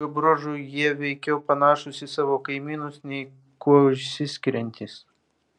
šiuo bruožu jie veikiau panašūs į savo kaimynus nei kuo išsiskiriantys